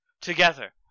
together